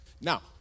Now